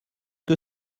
que